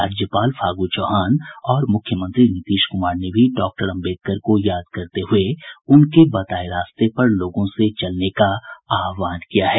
राज्यपाल फागू चौहान और मुख्यमंत्री नीतीश कुमार ने भी डॉक्टर अम्बेडकर को याद करते हुये उनके बताये रास्ते पर लोगों से चलने का आह्वान किया है